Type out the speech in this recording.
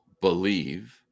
believe